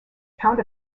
count